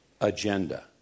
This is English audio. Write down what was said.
agenda